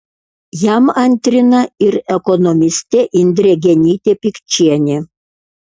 jam antrina ir ekonomistė indrė genytė pikčienė